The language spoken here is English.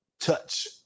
touch